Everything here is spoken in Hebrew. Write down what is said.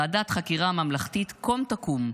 ועדת חקירה ממלכתית קום תקום,